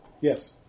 Yes